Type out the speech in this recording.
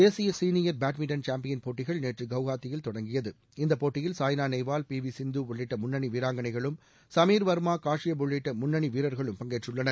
தேசிய senior badminton champion போட்டி நேற்று குவஹாத்தியில் தொடங்கியது இந்தப் போட்டியில் சாய்னா நேவால் பி வி சிந்து உள்ளிட்ட முன்னணி வீராங்கணைகளும் சமீர் வர்மா காஷ்யப் உள்ளிட்ட முன்னணி வீரர்களும் பங்கேற்றுள்ளனர்